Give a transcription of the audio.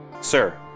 Sir